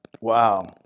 Wow